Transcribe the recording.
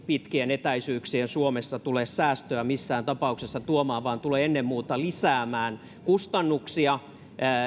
pitkien etäisyyksien suomessa tule säästöä missään tapauksessa tuomaan vaan se tulee ennen muuta lisäämään kustannuksia